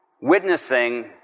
witnessing